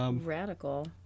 Radical